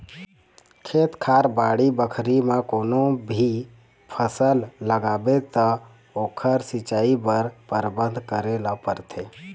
खेत खार, बाड़ी बखरी म कोनो भी फसल लगाबे त ओखर सिंचई बर परबंध करे ल परथे